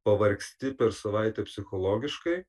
pavargsti per savaitę psichologiškai